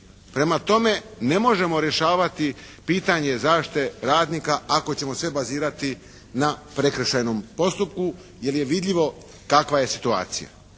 Prema tome ne možemo rješavati pitanje zaštite radnika ako ćemo sve bazirati na prekršajnom postupku. Jer je vidljivo kakva je situacija.